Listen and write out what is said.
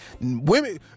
women